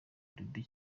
dube